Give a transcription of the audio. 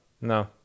No